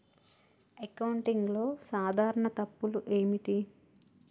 అకౌంటింగ్లో సాధారణ తప్పులు ఏమిటి?